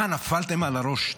מה, נפלתם על הראש?